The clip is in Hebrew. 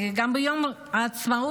גם ביום העצמאות,